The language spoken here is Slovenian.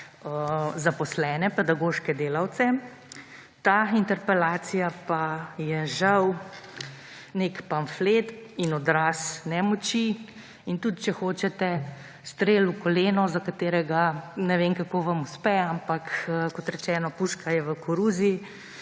zaposlene, pedagoške delavce. Ta interpelacija pa je žal nek pamflet in odraz nemoči in tudi, če hočete, strel v koleno, za katerega ne vem, kako vam uspe. Kot rečeno, puška je v koruzi,